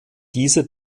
diese